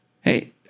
hey